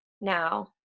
now